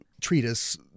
treatise